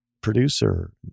producer